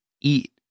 eat